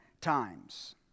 times